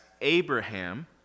Abraham